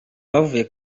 bavuye